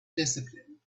discipline